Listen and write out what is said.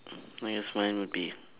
I guess mine would be